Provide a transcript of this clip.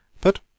But